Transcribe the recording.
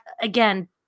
again